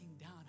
down